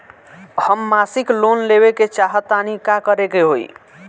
हम मासिक लोन लेवे के चाह तानि का करे के होई?